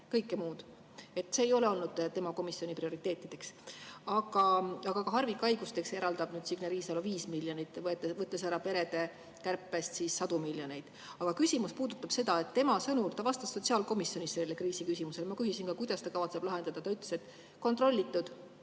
kõike muud. See ei ole olnud tema komisjoni prioriteet. Harvikhaiguste raviks eraldab Signe Riisalo nüüd 5 miljonit, võttes perede kärpest ära sadu miljoneid. Aga küsimus puudutab seda, et tema sõnul … Ta vastas sotsiaalkomisjonis sellele kriisiküsimusele. Ma küsisin ka, kuidas ta kavatseb selle lahendada. Ta ütles, et kontrollitud